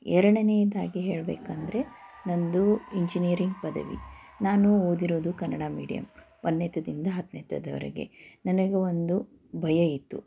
ಎರಡನೆಯದಾಗಿ ಹೇಳಬೇಕಂದ್ರೆ ನನ್ನದು ಇಂಜಿನಿಯರಿಂಗ್ ಪದವಿ ನಾನು ಓದಿರೋದು ಕನ್ನಡ ಮೀಡಿಯಮ್ ಒಂದನೇತದಿಂದ ಹತ್ತನೇತದವರೆಗೆ ನನಗೆ ಒಂದು ಭಯ ಇತ್ತು